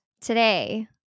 today